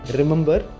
remember